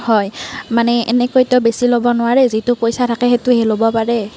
হয় মানে এনেকৈতো বেছি ল'ব নোৱাৰে যিটো পইচা থাকে সেইটোহে ল'ব পাৰে